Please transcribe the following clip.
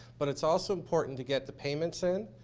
but it's also important to get the payments in,